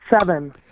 Seven